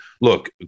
Look